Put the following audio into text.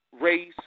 race